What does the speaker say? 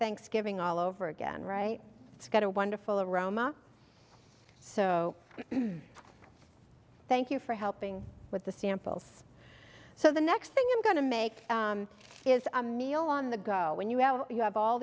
thanksgiving all over again right it's got a wonderful aroma so thank you for helping with the samples so the next thing i'm going to make is a meal on the go when you have you have all